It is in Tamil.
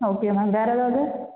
ஓகே மேம் வேறு ஏதாவது